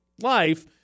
life